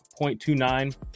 0.29